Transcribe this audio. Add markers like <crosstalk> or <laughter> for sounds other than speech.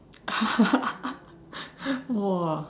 <laughs> !wah!